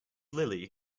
lily